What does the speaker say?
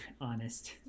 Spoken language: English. honest